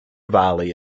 valley